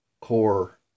core